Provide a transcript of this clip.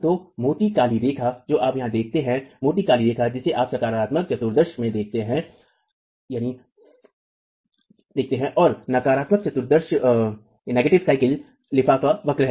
तो मोटी काली रेखा जो आप यहां देखते हैं मोटी काली रेखा जिसे आप सकारात्मक चतुर्थांश में देखते हैं और नकारात्मक चतुर्थांश लिफाफा वक्र है